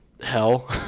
Hell